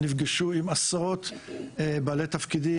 נפגשו עם עשרות בעלי תפקידים,